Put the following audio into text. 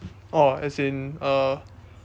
orh as in uh